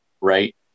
right